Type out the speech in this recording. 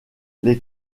les